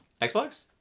Xbox